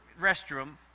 restroom